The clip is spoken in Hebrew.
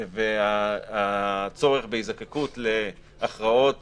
והצורך בהיזקקות להכרעות